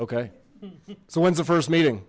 okay so when's the first meeting